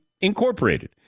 Incorporated